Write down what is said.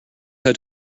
how